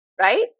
right